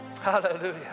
hallelujah